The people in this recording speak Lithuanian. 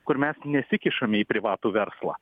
kur mes nesikišame į privatų verslą